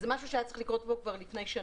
זה משהו שהיה צריך לקרות כבר לפני שנים.